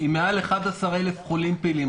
עם יותר מ-11,000 חולים פעילים.